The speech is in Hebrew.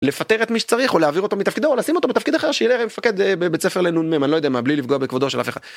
לפטר את מי שצריך או להעביר אותו מתפקידו או לשים אותו בתפקיד אחר שיהיה ל... מפקד בית ספר לנ"מ, אני לא יודע מה, בלי לפגוע בכבודו של אף אחד.